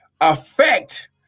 affect